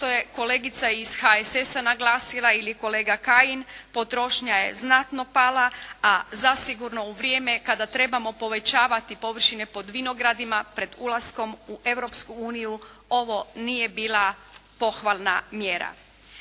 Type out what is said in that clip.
što je kolegica iz HSS-a naglasila ili kolega Kajin, potrošnja je znatno pala, a zasigurno u vrijeme kada trebamo povećavati površine pod vinogradima pred ulaskom u Europsku uniju ovo nije bila pohvalna mjera.